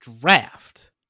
draft